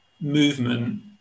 movement